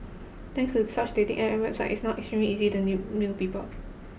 thanks to such dating App and websites it's now extremely easy to new new people